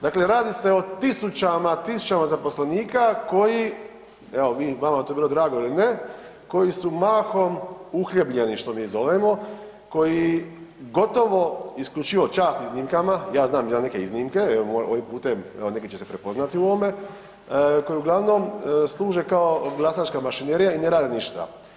Dakle radi se o tisućama, tisućama zaposlenika koji, evo vama to bilo drago ili ne, koji su mahom uhljebljeni što mi zovemo, koji gotovo isključivo, čast iznimkama, ja znam za neke iznimke ovim putem neki će se i prepoznati u ovome koji uglavnom služe kao glasačka mašinerija i ne rade ništa.